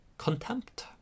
contempt